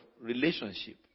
relationship